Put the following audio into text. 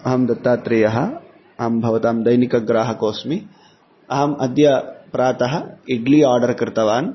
अहं दत्तात्रेयः अहं भवतां दैनिकग्राहकोऽस्मि अहम् अद्य प्रातः इड्लि आर्डर् कृतवान्